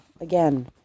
again